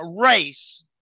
race